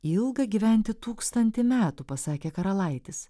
ilga gyventi tūkstantį metų pasakė karalaitis